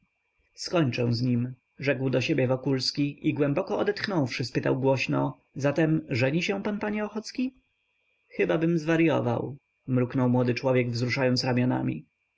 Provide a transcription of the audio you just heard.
skończę z nim rzekł do siebie wokulski i głęboko odetchnąwszy spytał głośno zatem żeni się pan panie ochocki chybabym zwaryował mruknął młody człowiek wzruszając ramionami